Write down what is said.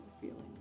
feeling